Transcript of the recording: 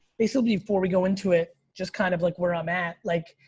basically before we go into it, just kind of like where i'm at. like,